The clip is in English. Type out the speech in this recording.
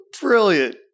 Brilliant